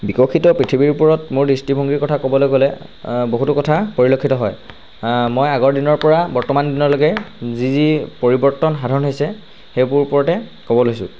বিকশিত পৃথিৱীৰ ওপৰত মোৰ দৃষ্টিভংগীৰ কথা ক'বলৈ গ'লে বহুতো কথা পৰিলক্ষিত হয় মই আগৰ দিনৰপৰা বৰ্তমান দিনলৈকে যি যি পৰিৱৰ্তন সাধন হৈছে সেইবোৰৰ ওপৰতে ক'ব লৈছোঁ